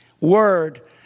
word